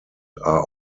are